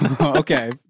Okay